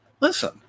listen